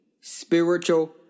spiritual